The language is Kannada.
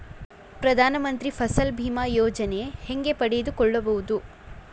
ಪ್ರಧಾನ ಮಂತ್ರಿ ಫಸಲ್ ಭೇಮಾ ಯೋಜನೆ ಹೆಂಗೆ ಪಡೆದುಕೊಳ್ಳುವುದು?